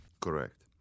Correct